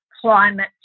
climate